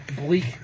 bleak